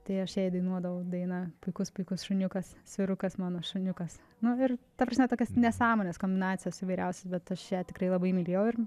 tai aš jai dainuodavau dainą puikus puikus šuniukas svirukas mano šuniukas na ir ta prasme tokias nesąmones kombinacijas įvairiausias bet aš ją tikrai labai mylėjau ir